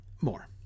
more